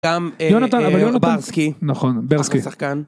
גם ברסקי נכון ברסקי שחקן.